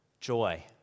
joy